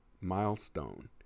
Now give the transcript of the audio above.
milestone